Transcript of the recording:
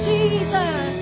Jesus